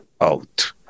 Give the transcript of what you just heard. out